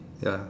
ya